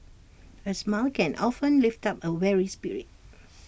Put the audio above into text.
A smile can often lift up A weary spirit